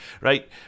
right